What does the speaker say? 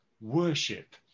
worship